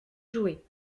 jouer